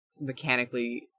mechanically